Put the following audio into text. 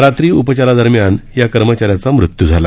रात्री उपचारादरम्यान त्या कर्मचाऱ्याचा मृत्यू झाला